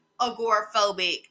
agoraphobic